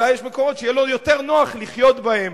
אולי יש מקומות שיהיה לו יותר נוח לחיות בהם,